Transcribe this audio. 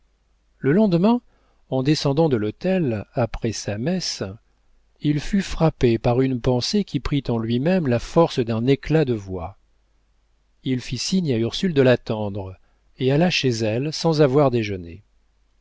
le lendemain en descendant de l'autel après sa messe il fut frappé par une pensée qui prit en lui-même la force d'un éclat de voix il fit signe à ursule de l'attendre et alla chez elle sans avoir déjeuné